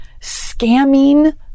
scamming